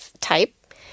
type